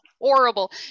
horrible